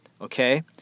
Okay